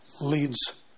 leads